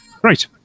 Great